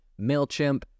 Mailchimp